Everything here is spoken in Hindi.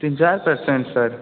तीन चार परसेंट सर